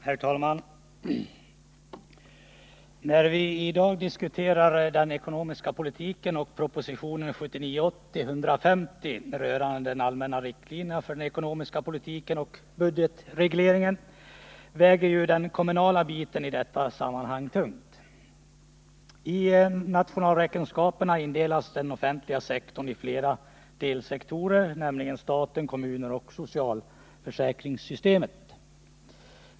Herr talman! När vi i dag diskuterar den ekonomiska politiken och propositionen 1979/80:150 rörande de allmänna riktlinjerna för den ekonomiska politiken och budgetregleringen, väger den kommunala biten i detta sammanhang tungt. I nationalräkenskaperna indelas den offentliga sektorn i flera delsektorer, nämligen staten, kommunerna och socialförsäkringssystemet.